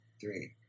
three